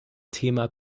thema